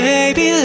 Baby